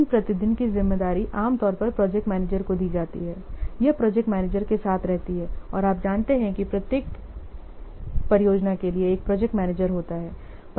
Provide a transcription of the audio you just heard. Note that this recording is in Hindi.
दिन प्रतिदिन की जिम्मेदारी आम तौर पर प्रोजेक्ट मैनेजर को दी जाती है यह प्रोजेक्ट मैनेजर के साथ रहती है और आप जानते हैं कि प्रत्येक परियोजना के लिए एक प्रोजेक्ट मैनेजर होता है